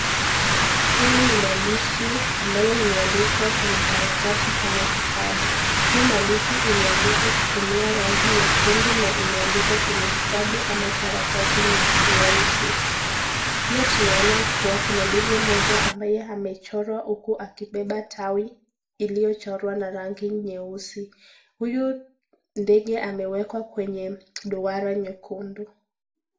Hili ni maandishi ambayo imeandikwa kwenye karatasi ama kitabu. Hii maandishi imeandikwa kutumia rangi nyekundu na imeandikwa kwenye kitabu ama karatasi nyeusi. Pia tunaona kuwa kuna ndege moja ambaye amechorwa uku akibeba tawi iliyochorwa na rangi nyeusi. Huyo ndege amewekwa kwenye duara nyekundu.